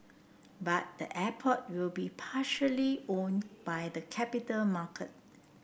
but the airport will be partially owned by the capital market